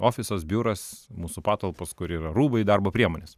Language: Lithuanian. ofisas biuras mūsų patalpos kur yra rūbai darbo priemonės